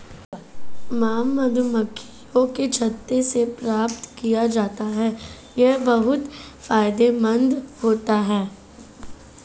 mom मधुमक्खियों के छत्ते से प्राप्त किया जाता है यह बहुत फायदेमंद होता है